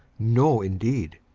no, indeed!